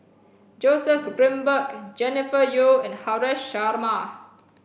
Joseph Grimberg Jennifer Yeo and Haresh Sharma